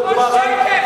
שקל.